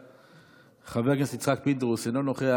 44. החוק לא עבר.